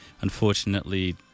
unfortunately